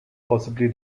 possibly